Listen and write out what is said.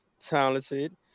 talented